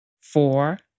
Four